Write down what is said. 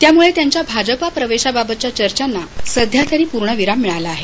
त्यामुळे त्यांच्या भाजपा प्रवेशाबाबतच्या चर्चांना सध्या तरी पूर्ण विराम मिळाला आहे